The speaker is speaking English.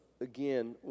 Again